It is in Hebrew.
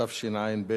התשע"ב,